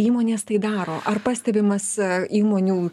įmonės tai daro ar pastebimas įmonių